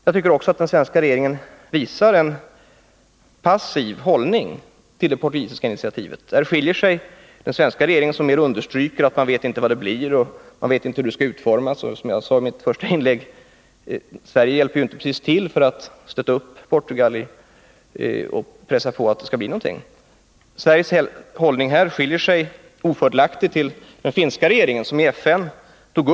Jag tycker också att den svenska regeringen visar en passiv hållning till det portugisiska initiativet. Den svenska regeringen understryker att man inte vet vad det blir och hur det utformas. Som jag sade i mitt första anförande hjälper ju Sverige inte precis till för att stötta Portugal och pressa på för att det skall bli någonting. Sveriges hållning här skiljer sig ofördelaktigt från den finska regeringens hållning.